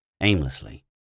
aimlessly